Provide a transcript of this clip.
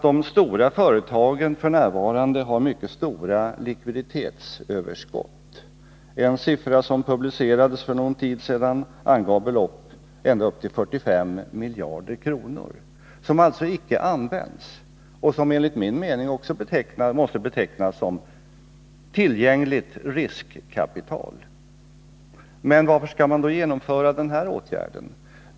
De stora företagen har f.n. mycket kraftiga likviditetsöverskott. En sifferuppgift, som publicerades för en tid sedan, angav detta överskott till 45 miljarder kronor. Det är pengar som alltså inte används och som enligt min mening måste betecknas som tillgängligt riskkapital. Varför skall man då genomföra den här åtgärden?